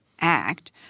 act